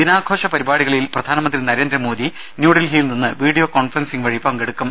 ദിനാഘോഷ പരിപാടികളിൽ പ്രധാനമന്ത്രി നരേന്ദ്രമോദി ന്യൂഡൽഹിയിൽ നിന്ന് വീഡിയോ കോൺഫറൻസിംഗ് വഴി പങ്കെടുക്കും